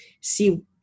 see